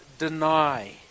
deny